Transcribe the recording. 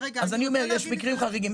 אני אומר שיש מקרים חריגים,